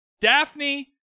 Daphne